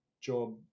job